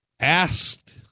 Asked